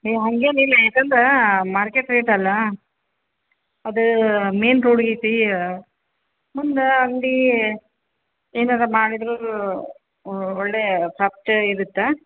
ನೀವು ಹಂಗೇನು ಇಲ್ರಿ ಏಕೆಂದ್ರೆ ಮಾರ್ಕೆಟ್ ರೇಟ್ ಅಲ್ಲ ಅದು ಮೇನ್ ರೋಡ್ ಐತಿ ಮುಂದೆ ಅಂಗಡಿ ಏನಾದ್ರೂ ಮಾಡಿದ್ರೂ ಒಳ್ಳೆ ಪ್ರಾಫಿಟ್ ಇರುತ್ತೆ